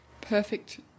perfect